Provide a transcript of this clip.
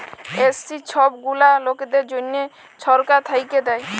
SC ছব গুলা লকদের জ্যনহে ছরকার থ্যাইকে দেয়